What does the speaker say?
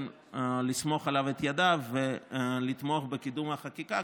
לסמוך עליו את ידה ולתמוך בקידום החקיקה.